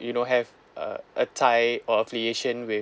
you know have uh a tie or affiliation with